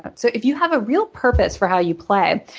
but so if you have a real purpose for how you play,